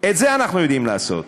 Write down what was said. את זה אנחנו יודעים לעשות,